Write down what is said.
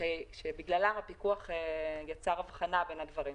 שבגללם הפיקוח יצר הבחנה בין הדברים.